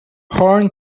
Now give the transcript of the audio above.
horn